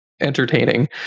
entertaining